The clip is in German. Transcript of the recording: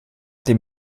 dem